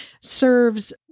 serves